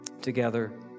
together